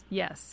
yes